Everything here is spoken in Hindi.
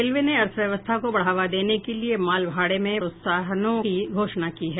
रेलवे ने अर्थव्यवस्था को बढ़ावा देने के लिए मालभाड़े में प्रोत्साहनों की घोषणा की है